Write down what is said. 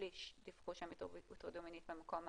שליש דיווחו שהן הוטרדו מינית במקום העבודה,